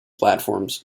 platforms